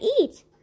eat